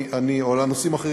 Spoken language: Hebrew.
או על הנושאים האחרים,